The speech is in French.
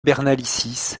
bernalicis